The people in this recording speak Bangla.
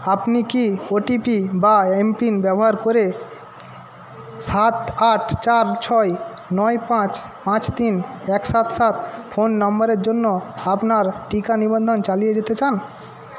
আপনি কি ওটিপি বা এমপিন ব্যবহার করে সাত আট চার ছয় নয় পাঁচ পাঁচ তিন এক সাত সাত ফোন নম্বরের জন্য আপনার টিকা নিবন্ধন চালিয়ে যেতে চান